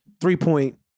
three-point